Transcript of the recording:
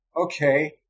Okay